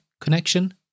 connection